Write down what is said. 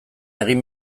egin